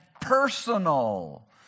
personal